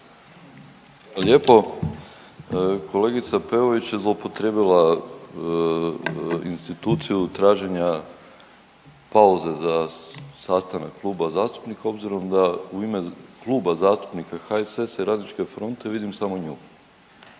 lijepo. Kolegica Peović je zloupotrijebila instituciju traženja pauze za sastanak kluba zastupnika obzirom da u ime Kluba zastupnika HSS-a i RF-a vidim samo nju,